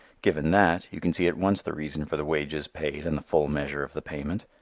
given that, you can see at once the reason for the wages paid and the full measure of the payment.